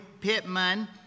Pittman